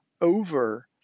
over